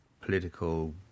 political